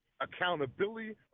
Accountability